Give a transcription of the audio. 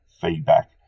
feedback